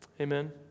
Amen